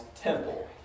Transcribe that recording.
temple